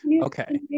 Okay